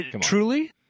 truly